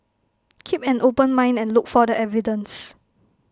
keep an open mind and look for the evidence